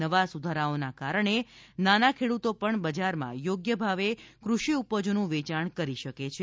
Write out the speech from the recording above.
નવા સુધારાઓના કારણે નાના ખેડૂતો પણ બજારમાં થોગ્ય ભાવે કુષિ ઉપજોનું વેચાણ કરી શકે છે